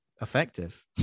effective